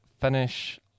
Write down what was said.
finish